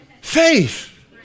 Faith